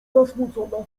zasmucona